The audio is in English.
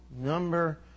number